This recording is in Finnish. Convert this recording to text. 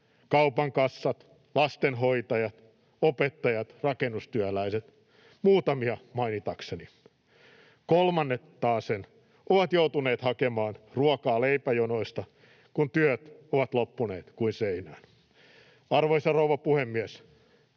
kaupan kassat, lastenhoitajat, opettajat, rakennustyöläiset — muutamia mainitakseni. Kolmannet taasen ovat joutuneet hakemaan ruokaa leipäjonoista, kun työt ovat loppuneet kuin seinään. Arvoisa rouva puhemies!